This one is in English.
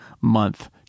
month